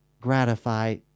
gratify